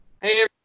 Hey